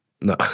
no